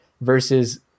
versus